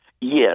Yes